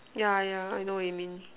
yeah yeah I know what you mean